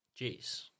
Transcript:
Jeez